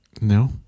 No